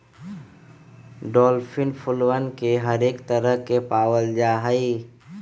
daffodil फूलवन के हरेक तरह के पावल जाहई